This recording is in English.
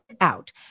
out